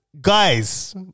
Guys